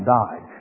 died